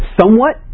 somewhat